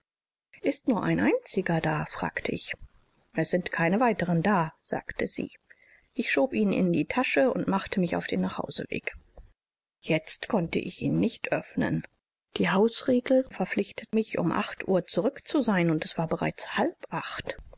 ist nur ein einziger da fragte ich es sind keine weiteren da sagte sie ich schob ihn in die tasche und machte mich auf den nachhauseweg jetzt konnte ich ihn nicht öffnen die hausregel verpflichtete mich um acht uhr zurück zu sein und es war bereits halb